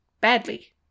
badly